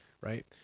Right